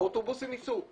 שהאוטובוסים ייסעו.